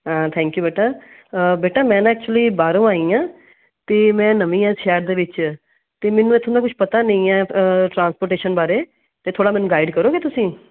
thank you ਬੇਟਾ ਬੇਟਾ ਮੈਂ ਨਾ ਐਕਚੁਲੀ ਬਾਹਰੋਂ ਆਈ ਹਾਂ ਅਤੇ ਮੈਂ ਨਵੀਂ ਹਾਂ ਇਸ ਸ਼ਹਿਰ ਦੇ ਵਿੱਚ ਅਤੇ ਮੈਨੂੰ ਇੱਥੋਂ ਦਾ ਕੁਛ ਪਤਾ ਨਹੀਂ ਹੈ ਟਰਾਂਸਪੋਰਟੇਸ਼ਨ ਬਾਰੇ ਤਾਂ ਥੋੜ੍ਹਾ ਮੈਨੂੰ ਗਾਈਡ ਕਰੋਗੇ ਤੁਸੀਂ